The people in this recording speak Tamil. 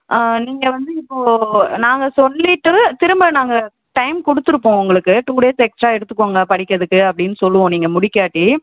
நீங்கள் வந்து இப்போ நாங்கள் சொல்லிட்டு திரும்ப நாங்கள் டைம் கொடுத்துருப்போம் உங்களுக்கு டூ டேஸ் எக்ஸ்ட்டா எடுத்துக்கோங்கள் படிக்கிறதுக்கு அப்படின்னு சொல்லுவோம் நீங்கள் முடிக்காவிட்டி